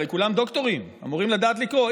הרי כולם דוקטורים ואמורים לדעת לקרוא,